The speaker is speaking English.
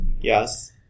Yes